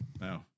No